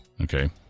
Okay